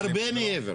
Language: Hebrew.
הרבה מעבר.